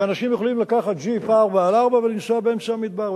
ואנשים יכולים לקחת ג'יפ 4X4 ולנסוע באמצע המדבר,